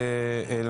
שלום לכולם,